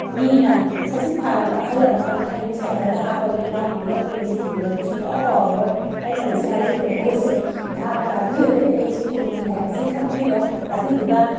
ꯃꯤꯅꯥ ꯁꯖꯤꯛ ꯐꯥꯜꯂꯝꯕ ꯑꯍꯜ ꯑꯃꯈꯛꯅ ꯑꯩꯕꯨ ꯁꯥꯏꯀꯜꯗ ꯍꯥꯞꯄꯒ ꯏꯅꯥꯎꯅꯨꯄꯤꯒ ꯑꯩꯈꯣꯏ ꯑꯅꯤꯁꯦ ꯊꯤꯟꯕꯤꯔꯛꯈꯤ ꯁꯨꯡꯀꯥꯎ ꯀꯥꯎꯔꯔꯣꯏ ꯑꯩꯅ ꯉꯁꯤ ꯍꯥꯏꯖꯔꯤꯕ ꯚꯣꯏ꯭ꯁꯁꯦ ꯅꯍꯥꯛꯅꯥ ꯇꯥꯕꯤꯔꯒꯗꯤ ꯑꯩꯁꯦ ꯍꯤꯡꯂꯤ ꯍꯥꯏꯕꯁꯤ ꯈꯪꯕꯤꯔꯣ ꯑꯗꯨꯗꯨꯒ